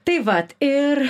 tai vat ir